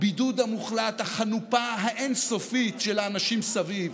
הבידוד המוחלט, החנופה האין-סופית של האנשים סביב,